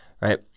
right